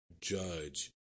judge